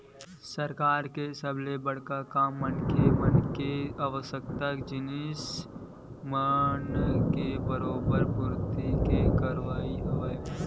सरकार के सबले बड़का काम मनखे मन के आवश्यकता के जिनिस मन के बरोबर पूरति के करई हवय